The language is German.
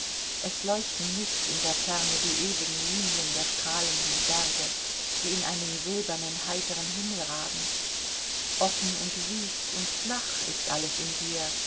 es leuchten nicht in der ferne die ewigen linien der strahlenden berge die in einen silbernen heiteren himmel ragen offen und wüst und flach ist alles in dir